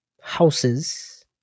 houses